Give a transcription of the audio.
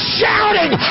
shouting